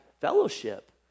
fellowship